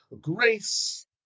grace